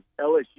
LSU